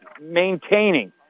maintaining